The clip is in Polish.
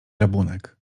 rabunek